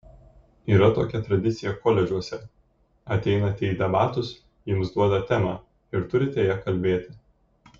yra tokia tradicija koledžuose ateinate į debatus jums duoda temą ir turite ja kalbėti